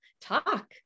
talk